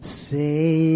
say